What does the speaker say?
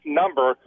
number